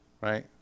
right